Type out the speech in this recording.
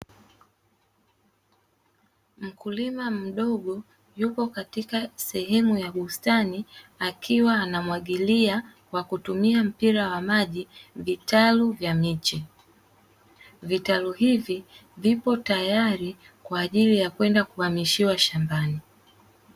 Mkulima mdogo yupo katika sehemu ya bustani, akiwa anamwagilia kwa kutumia mpira wa maji vitalu vya miche. Vitalu hivi vipo tayari kwa ajili ya kwenda kuhamishiwa shambani.